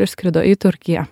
išskrido į turkiją